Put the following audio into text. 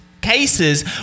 cases